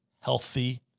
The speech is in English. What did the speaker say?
healthy